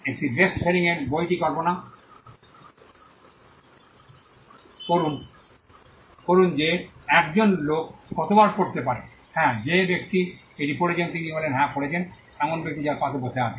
একটি বেস্ট সেলিংয়ের বইটি কল্পনা করুন যে 1 জন লোক কতবার পড়তে পারে হ্যাঁ যে ব্যক্তি এটি পড়ছেন তিনি হলেন হ্যাঁ পড়ছেন এমন ব্যক্তি যার পাশে বসে আছেন